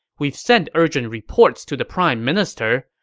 we've sent urgent reports to the prime minister,